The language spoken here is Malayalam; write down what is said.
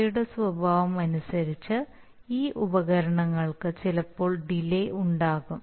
അവയുടെ സ്വഭാവമനുസരിച്ച് ഈ ഉപകരണങ്ങൾക്ക് ചിലപ്പോൾ ഡിലേ ഉണ്ടാകും